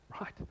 right